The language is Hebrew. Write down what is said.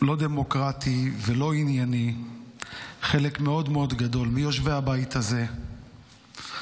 לא דמוקרטי ולא ענייני חלק מאוד מאוד גדול מיושבי הבית הזה פוסלים